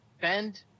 Bend